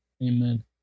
amen